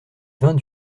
vint